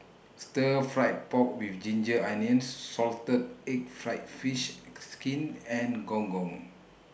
Stir Fried Pork with Ginger Onions Salted Egg Fried Fish Skin and Gong Gong